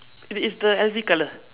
it is the L_V colour